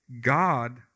God